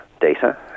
data